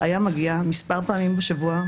היה מגיע מספר פעמים בשבוע,